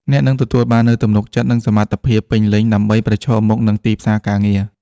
អ្នកនឹងទទួលបាននូវទំនុកចិត្ត និងសមត្ថភាពពេញលេញដើម្បីប្រឈមមុខនឹងទីផ្សារការងារ។